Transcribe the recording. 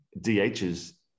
DHs